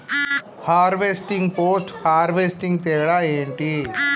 Harvesting, post harvesting తేడా ఏంటి?